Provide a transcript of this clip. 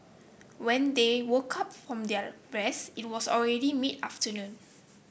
when they woke up from their rest it was already mid afternoon